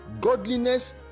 Godliness